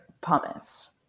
pumice